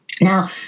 Now